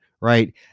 right